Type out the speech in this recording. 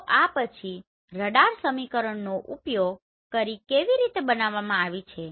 તો આ છબી રડાર સમીકરણનો ઉપયોગ કરીને કેવી રીતે બનાવવામાં આવી છે